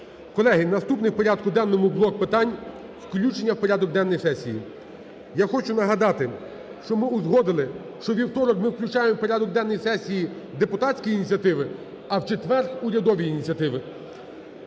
Колеги, наступний в порядку денному блок питань "включення в порядок денний сесії". Я хочу нагадати, що ми узгодили, що у вівторок ми включаємо в порядок денний сесії депутатські ініціативи, а в четвер – урядові ініціативи.